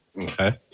Okay